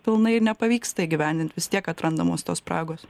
pilnai ir nepavyksta įgyvendint vis tiek atrandamos tos spragos